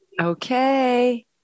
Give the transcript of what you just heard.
okay